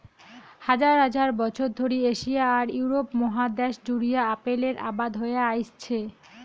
হাজার হাজার বছর ধরি এশিয়া আর ইউরোপ মহাদ্যাশ জুড়িয়া আপেলের আবাদ হয়া আইসছে